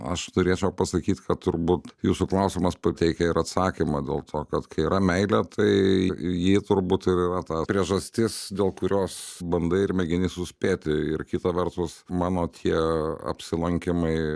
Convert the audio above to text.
aš turėčiau pasakyt kad turbūt jūsų klausimas pateikia ir atsakymą dėl to kad kai yra meilė tai ji turbūt ir yra ta priežastis dėl kurios bandai ir mėginti suspėti ir kita vertus mano tie apsilankymai